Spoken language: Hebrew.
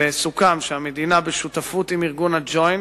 סוכם שהמדינה, בשיתוף עם ארגון ה"ג'וינט",